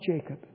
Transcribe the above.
Jacob